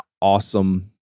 awesome